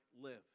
live